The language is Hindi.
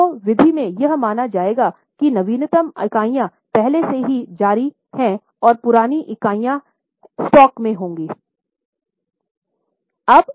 LIFO विधि में यह माना जाएगा कि नवीनतम इकाइयाँ पहले से ही जारी हैं और पुरानी इकाइयाँ हैं स्टॉक में होगा